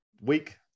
week